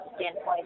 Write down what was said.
standpoint